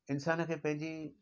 इन्सान खे पंहिंजी